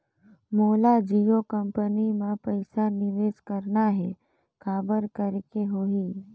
मोला जियो कंपनी मां पइसा निवेश करना हे, काबर करेके होही?